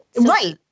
Right